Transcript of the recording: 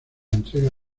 entrega